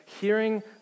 hearing